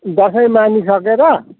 Dashain मानिसकेर